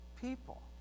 people